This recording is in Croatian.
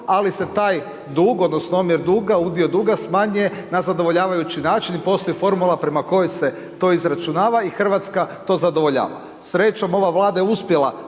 ali se taj dug odnosno omjer duga, udio duga smanjuje na zadovoljavajući način i postoji formula prema kojoj se to izračunava i Hrvatska to zadovoljava. Srećom ova Vlada je uspjela